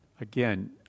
again